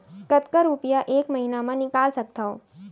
कतका रुपिया एक महीना म निकाल सकथव?